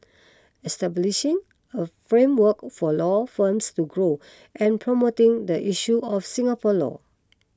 establishing a framework for law firms to grow and promoting the issue of Singapore law